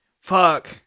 fuck